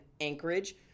Anchorage